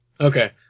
Okay